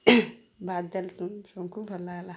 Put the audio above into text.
ଭାତ୍ ଦାଏଲ୍ ତୁନ୍ ସମ୍କୁ ଭଲାଗଲା